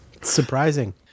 Surprising